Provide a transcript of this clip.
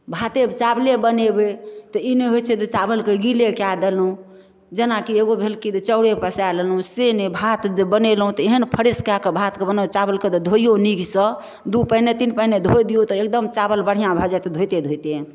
भाते चावले बनेबै तऽ ई नहि होइ छै जे चावलके गीले कऽ देलहुँ जेनाकि एगो भेल कि तऽ चाउरे पसा लेलहुँ से नै भात बनेलहुँ तऽ एहन फ्रेश कऽ कऽ भातके बनाउ चावलके तऽ धोइऔ नीकसँ दुइ पाइने तीन पाइने धोइ दिऔ तऽ एगदम चावल बढ़िआँ भऽ जाएत धोइते धोइते